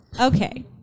okay